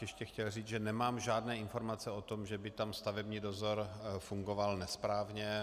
Ještě bych chtěl říct, že nemám žádné informace o tom, že by tam stavební dozor fungoval nesprávně.